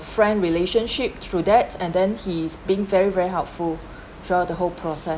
friend relationship through that and then he is being very very helpful throughout the whole process